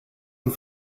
und